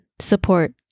Support